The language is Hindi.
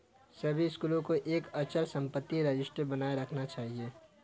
सभी स्कूलों को एक अचल संपत्ति रजिस्टर बनाए रखना चाहिए